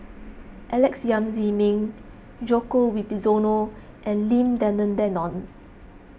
Alex Yam Ziming Djoko Wibisono and Lim Denan Denon